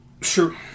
Sure